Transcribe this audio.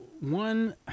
one